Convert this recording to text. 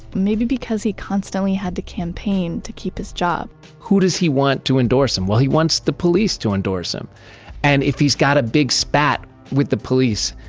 maybe because he constantly had to campaign to keep his job who does he want to endorse him? well, he wants the police to endorse him and if he's got a big spat with the police,